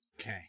Okay